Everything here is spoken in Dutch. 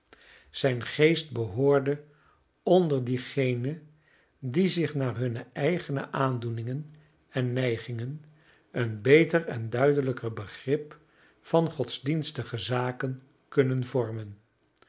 zijn geest behoorde onder diegenen die zich naar hunne eigene aandoeningen en neigingen een beter en duidelijker begrip van godsdienstige zaken kunnen vormen